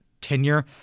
tenure